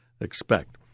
expect